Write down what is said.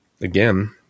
again